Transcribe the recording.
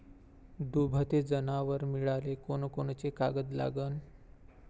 दुभते जनावरं मिळाले कोनकोनचे कागद लागन?